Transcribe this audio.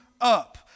up